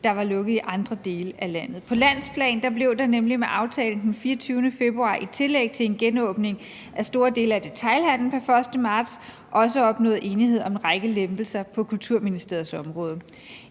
der var lukket i andre dele af landet. På landsplan blev der nemlig med aftalen fra den 24. februar 2021 i tillæg til en genåbning af store dele af detailhandelen pr. 1. marts også opnået enighed om en række lempelser på Kulturministeriets område.